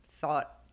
thought